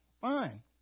Fine